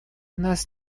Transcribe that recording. нас